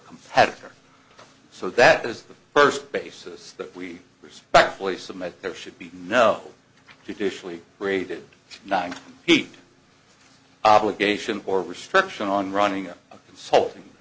competitor so that is the first basis that we respectfully submit there should be no judicial rated nine heat obligation or restriction on running